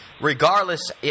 Regardless